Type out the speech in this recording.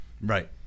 right